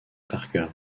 parker